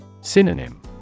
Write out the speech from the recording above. Synonym